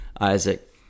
Isaac